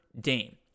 Dame